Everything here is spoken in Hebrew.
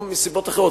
או מסיבות אחרות,